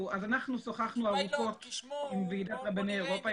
אנחנו שוחחנו ארוכות עם ועידת רבני אירופה,